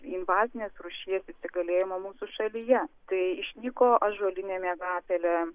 invazinės rūšies įsigalėjimo mūsų šalyje tai išnyko ąžuolinė miegapelė